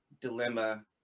dilemma